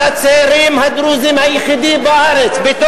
שקר, אתה משקר בכנסת.